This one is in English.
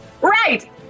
right